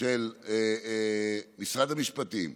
של משרד המשפטים,